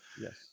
yes